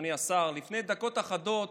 אדוני השר, לפני דקות אחדות